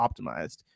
optimized